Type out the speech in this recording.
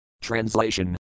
Translation